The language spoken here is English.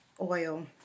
oil